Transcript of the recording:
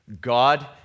God